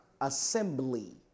assembly